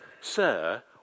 Sir